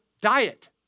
diet